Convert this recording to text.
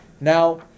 Now